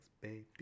Baby